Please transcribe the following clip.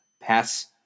pass